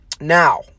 Now